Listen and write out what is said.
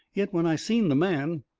yet, when i seen the man,